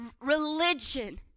religion